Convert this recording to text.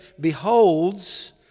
beholds